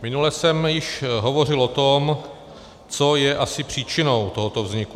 Minule jsem již hovořil o tom, co je asi příčinou tohoto vzniku.